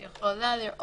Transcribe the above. היא יכולה לראות